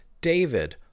David